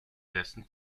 dessen